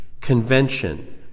convention